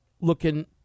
looking